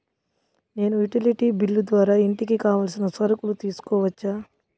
నేను utility bill ద్వారా ఇంటికి కావాల్సిన సరుకులు తీసుకోవచ్చా?